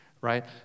right